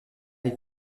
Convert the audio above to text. live